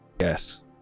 Yes